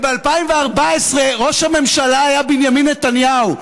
וב-2014 ראש הממשלה היה בנימין נתניהו,